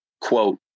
quote